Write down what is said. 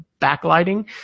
backlighting